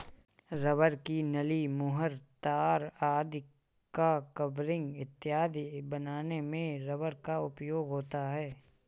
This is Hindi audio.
रबर की नली, मुहर, तार आदि का कवरिंग इत्यादि बनाने में रबर का उपयोग होता है